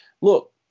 Look